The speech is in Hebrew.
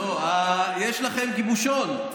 לא, יש לכם גיבושון.